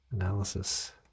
analysis